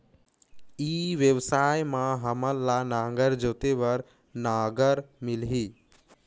ई व्यवसाय मां हामन ला नागर जोते बार नागर मिलही?